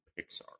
Pixar